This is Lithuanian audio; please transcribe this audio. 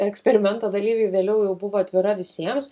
eksperimento dalyviai vėliau jau buvo atvira visiems